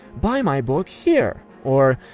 buy my book here. or,